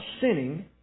sinning